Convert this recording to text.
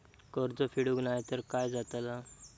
कर्ज फेडूक नाय तर काय जाताला?